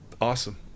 Awesome